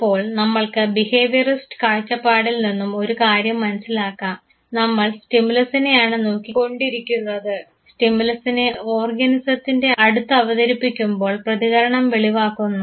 അപ്പോൾ നമ്മൾക്ക് ബിഹേവിയറിസ്റ്റ് കാഴ്ചപ്പാടിൽ നിന്നും ഒരു കാര്യം മനസ്സിലാക്കാം നമ്മൾ സ്റ്റിമുലസ്സിനെയാണ് നോക്കി കൊണ്ടിരിക്കുന്നത് സ്റ്റിമുലസ്സിനെ ഓർഗനിസത്തിൻറെ അടുത്ത് അവതരിപ്പിക്കുമ്പോൾ പ്രതികരണം വെളിവാക്കുന്നു